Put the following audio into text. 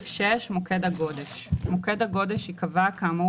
"מוקד הגודש 6. (א)מוקד הגודש ייקבע כאמור